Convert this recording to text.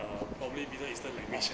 uh probably middle eastern language eh